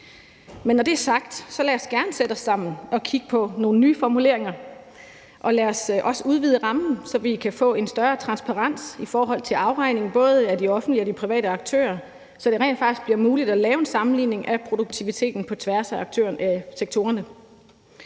Men når det er sagt, så lad os gerne sætte os sammen og kigge på nogle nye formuleringer, og lad os også udvide rammen, så vi kan få en større transparens i forhold til afregning, både af de offentlige og de private aktører, så det rent faktisk bliver muligt at lave en sammenligning af produktiviteten på tværs af sektorerne.